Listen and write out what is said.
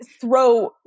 throw